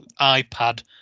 iPad